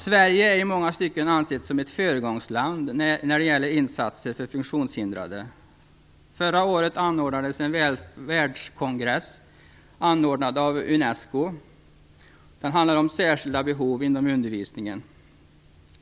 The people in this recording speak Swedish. Sverige anses i många stycken vara ett föregångsland när det gäller insatser för funktionshindrade. Förra året anordnades en världskonferens, anordnad av Unesco, om särskilda behov inom undervisningen.